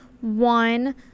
one